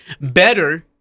Better